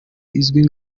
izwi